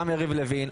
גם יריב לוין,